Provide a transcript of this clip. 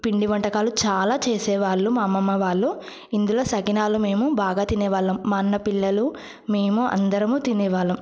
పిండి వంటకాలు చాలా చేసే వాళ్ళు మా అమ్మమ్మ వాళ్ళు ఇందులో సకినాల మేము బాగా తినే వాళ్ళము మా అన్న పిల్లలు మేము అందరము తినేవాళ్ళము